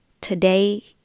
Today